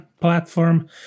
platform